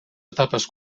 etapes